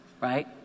right